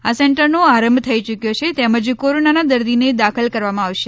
આ સેન્ટરનો આરંભ થઇ યુક્યો છે તેમજ કોરોનાના દર્દીને દાખલ કરવામાં આવશે